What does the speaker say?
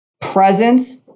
presence